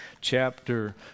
chapter